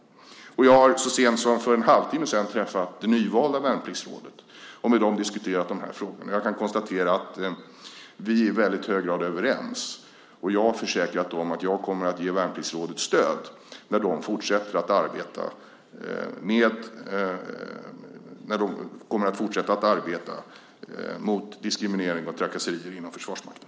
Så sent som för en halvtimme sedan träffade jag det nyvalda Värnpliktsrådet och diskuterade de här frågorna med dem. Jag kan konstatera att vi i väldigt hög grad är överens. Jag har försäkrat dem att jag kommer att ge Värnpliktsrådet stöd när de fortsätter att arbeta mot diskriminering och trakasserier inom Försvarsmakten.